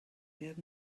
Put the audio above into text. ger